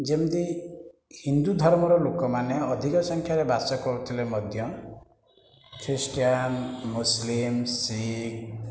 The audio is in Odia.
ଯେମିତି ହିନ୍ଦୁଧର୍ମର ଲୋକମାନେ ଅଧିକା ସଂଖ୍ୟାରେ ବାସ କରୁଥିଲେ ମଧ୍ୟ ଖ୍ରୀଷ୍ଟିୟାନ ମୁସଲିମ ଶିଖ୍